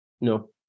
No